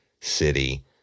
City